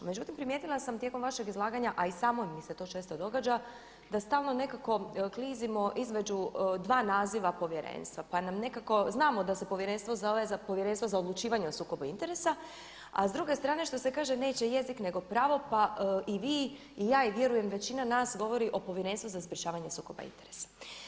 Međutim, primijetila sam tijekom vašeg izlaganja, a i samoj mi se to često događa da stalno nekako klizimo između dva naziva Povjerenstva, pa nam nekako znamo da se povjerenstvo zove Povjerenstvo za odlučivanje o sukobu interesa, a s druge strane što se kaže neće jezik nego pravo pa i vi i ja i vjerujem većina nas govori o Povjerenstvu za sprječavanje sukoba interesa.